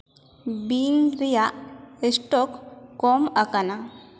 ᱵᱤᱝ ᱨᱮᱭᱟᱜ ᱥᱴᱚᱠ ᱠᱚᱢ ᱟᱠᱟᱱᱟ